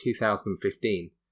2015